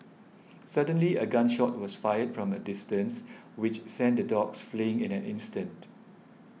suddenly a gun shot was fired from a distance which sent the dogs fleeing in an instant